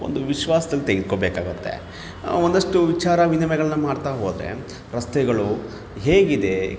ಒಂದು ವಿಶ್ವಾಸ್ದಲ್ಲಿ ತೆಗೆದುಕೊಬೇಕಾಗುತ್ತೆ ಒಂದಷ್ಟು ವಿಚಾರ ವಿನಿಮಯಗಳನ್ನ ಮಾಡ್ತಾ ಹೋದರೆ ರಸ್ತೆಗಳು ಹೇಗಿದೆ